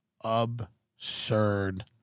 Absurd